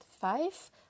five